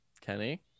kenny